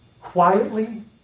quietly